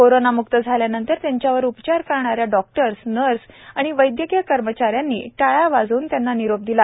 कोरोनामुक्त झाल्यानंतर त्यांच्यावर उपचार करणाऱ्या डॉक्टर्स नर्स व वैदयकीय कर्मचाऱ्याने टाळ्या वाजवून निरोप दिला